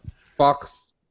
fox